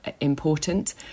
important